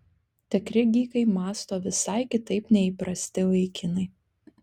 tikri gykai mąsto visai kitaip nei įprasti vaikinai